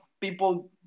people